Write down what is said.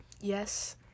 yes